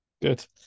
good